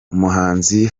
umuhanzi